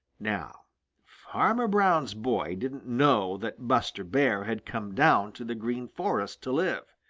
now farmer brown's boy didn't know that buster bear had come down to the green forest to live.